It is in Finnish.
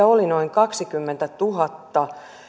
oli noin kaksikymmentätuhatta